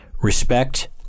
respect